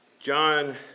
John